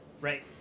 Right